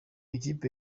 ikipe